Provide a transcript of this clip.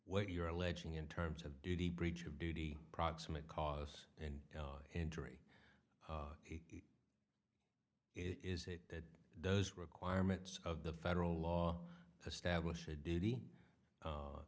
what you're alleging in terms of duty breach of duty proximate cause and injury is that those requirements of the federal law establish a duty